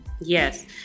Yes